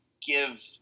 give